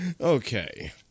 Okay